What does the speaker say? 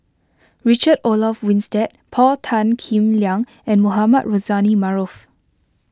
Richard Olaf Winstedt Paul Tan Kim Liang and Mohamed Rozani Maarof